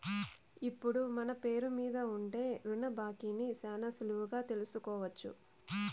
ఇప్పుడు మన పేరు మీద ఉండే రుణ బాకీని శానా సులువుగా తెలుసుకోవచ్చు